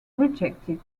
rejected